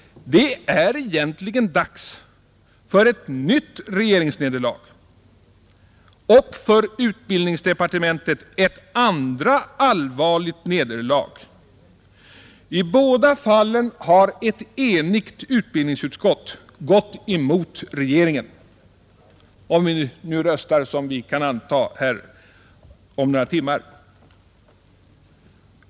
Det är egentligen dags för ett nytt regeringsnederlag — och för utbildningsdepartementet ett andra allvarligt nederlag. I båda fallen har ett enigt utbildningsutskott gått emot regeringen, om alla om några timmar röstar på det sätt som vi kan anta att de kommer att göra.